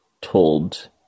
told